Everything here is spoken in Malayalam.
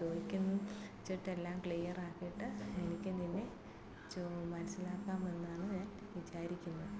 ചോദിക്കും ചോദിച്ചിട്ട് എല്ലാം ക്ലിയർ ആക്കിയിട്ട് എനിക്ക് നിന്നെ മനസിലാക്കാം എന്നാണ് ഞാൻ വിചാരിക്കുന്നത്